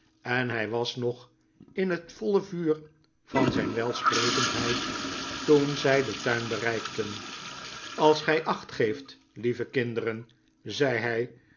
en hij was nog in het voile vuur van zijn welsprekendheid toen zij den tuin b ereikten r als gij acht geeft lieve kinderen zei hij